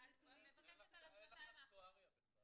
את מבקשת על השנתיים האחרונות.